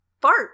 Fart